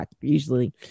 usually